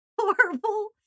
horrible